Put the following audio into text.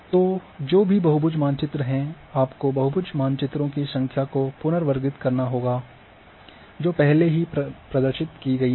तो जो भी बहुभुज मानचित्र हैं आपको बहुभुज मानचित्रों की संख्या को पुनर्वर्गीकृत करना होगा जो पहले ही प्रदर्शित की गयी है